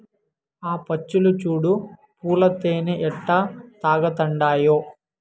ఆ పచ్చులు చూడు పూల తేనె ఎట్టా తాగతండాయో